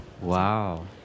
wow